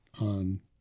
on